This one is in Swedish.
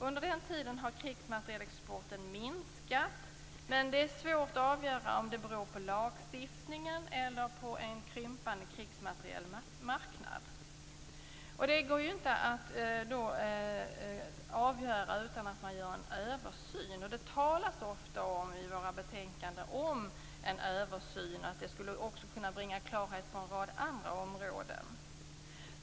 Under den tiden har krigsmaterielexporten minskat, men det är svårt att avgöra om det beror på lagstiftningen eller på en krympande krigsmaterielmarknad. Det går inte att avgöra utan att man gör en översyn. Det talas ofta i våra betänkanden om en översyn och att en översyn skulle bringa klarhet på en rad andra områden.